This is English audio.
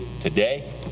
today